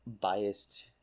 biased